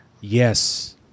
Yes